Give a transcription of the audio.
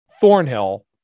Thornhill